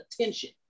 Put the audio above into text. attention